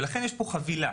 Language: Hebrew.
לכן יש פה חבילה.